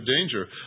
danger